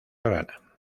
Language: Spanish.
rana